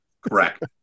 Correct